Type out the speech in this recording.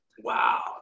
wow